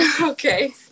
Okay